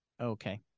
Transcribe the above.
Okay